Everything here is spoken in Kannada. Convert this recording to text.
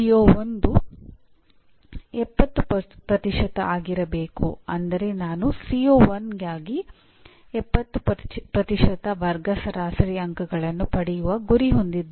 ಇವುಗಳು ವಿಭಾಗಗಳ ಅಜ್ಞೇಯತಾ ಅಂದರೆ ಅವರು ನಿರ್ದಿಷ್ಟ ವಿಭಾಗದ ಮೇಲೆ ಅವಲಂಬಿತವಾಗಿಲ್ಲ